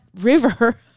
river